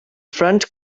front